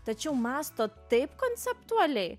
tačiau mąsto taip konceptualiai